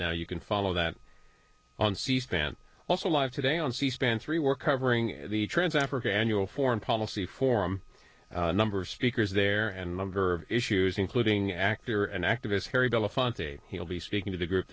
now you can follow that on c span also live today on c span three we're covering the trans africa annual foreign policy forum a number of speakers there and lover of issues including actor and activist harry belafonte he'll be speaking to the group